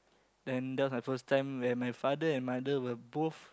then that was my first time where my father and mother were both